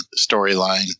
storyline